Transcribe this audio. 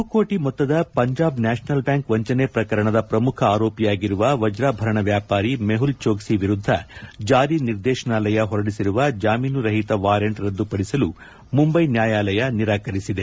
ಬಹುಕೋಟ ಮೊತ್ತದ Punjab national bank ವಂಚನೆ ಪ್ರಕರಣದ ಪ್ರಮುಖ ಆರೋಪಿಯಾಗಿರುವ ವಜ್ರಾಭರಣ ವ್ಯಾಪಾರಿ ಮೆಹುಲ್ ಜೋಕ್ಲ ವಿರುದ್ಧ ಜಾರಿ ನಿರ್ದೇಶನಾಲಯ ಹೊರಡಿಸಿರುವ ಜಾಮೀನು ರಹಿತ ವಾರೆಂಟ್ ರದ್ದುಪಡಿಸಲು ಮುಂಬೈ ನ್ಯಾಯಾಲಯ ನಿರಾಕರಿಸಿದೆ